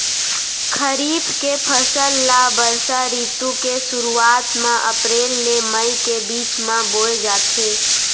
खरीफ के फसल ला बरसा रितु के सुरुवात मा अप्रेल ले मई के बीच मा बोए जाथे